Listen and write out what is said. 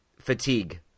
fatigue